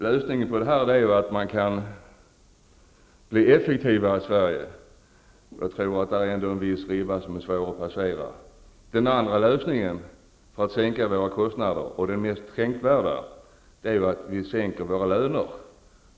Lösningen på den här frågan är att vi blir effektivare i Sverige. Men jag tror att där finns en viss ribba som är svår att ta sig över. Den andra lösningen för att sänka kostnaderna, och den mest tänkvärda, är att sänka lönerna.